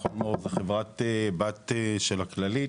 מכון מור היא חברת בת של הכללית.